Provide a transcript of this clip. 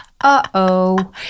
Uh-oh